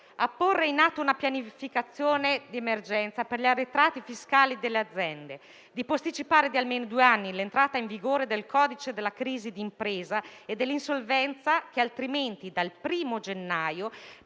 a porre in atto una pianificazione di emergenza per gli arretrati fiscali delle aziende e di posticipare di almeno due anni l'entrata in vigore del codice della crisi d'impresa e dell'insolvenza. Altrimenti, dal 1° gennaio,